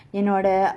என்னோட:ennoda